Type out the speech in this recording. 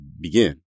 begin